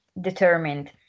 determined